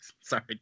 Sorry